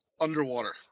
underwater